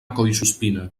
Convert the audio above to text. collsuspina